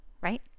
right